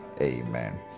amen